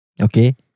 okay